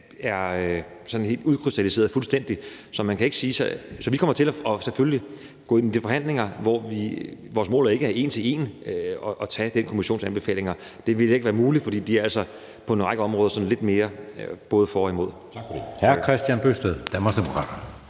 er sådan fuldstændig udkrystalliseret. Så vi kommer selvfølgelig til at gå ind til de forhandlinger, hvor vores mål ikke er en til en at tage den kommissions anbefalinger. Det vil heller ikke være muligt, for de er altså på en række områder sådan lidt mere både for og imod.